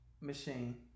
machine